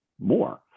more